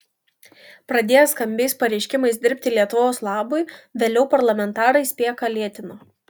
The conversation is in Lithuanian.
pradėję skambiais pareiškimais dirbti lietuvos labui vėliau parlamentarai spėką lėtino